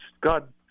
God